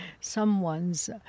someone's